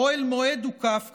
אוהל מועד הוקף,